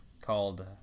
called